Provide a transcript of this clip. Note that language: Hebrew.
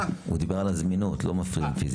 הוא דיבר על זמינות לא על הפרעה.